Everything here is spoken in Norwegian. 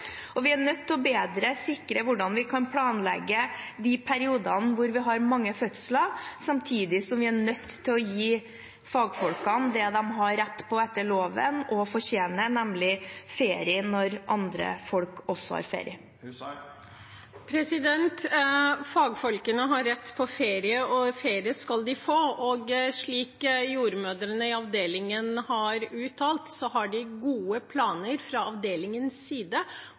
Og vi er nødt til å sikre bedre hvordan vi planlegger de periodene hvor vi har mange fødsler, samtidig som vi er nødt til å gi fagfolkene det de har rett på etter loven og fortjener, nemlig ferie når andre folk også har ferie. Fagfolkene har rett på ferie, og ferie skal de få. Slik jordmødrene i avdelingen har uttalt, har de gode planer fra avdelingens side